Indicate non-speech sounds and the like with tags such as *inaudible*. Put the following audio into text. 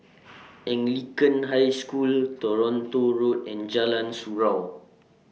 *noise* Anglican High School Toronto Road and Jalan Surau